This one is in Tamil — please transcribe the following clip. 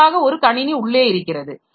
இதற்காக ஒரு கணினி உள்ளே இருக்கிறது